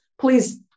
Please